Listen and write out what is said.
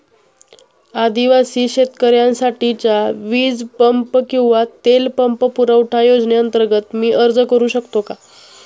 आदिवासी शेतकऱ्यांसाठीच्या वीज पंप किंवा तेल पंप पुरवठा योजनेअंतर्गत मी अर्ज करू शकतो का?